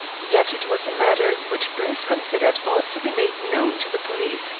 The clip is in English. yet it was a matter which bruce considered ought to be made known to the police,